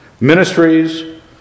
ministries